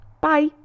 Bye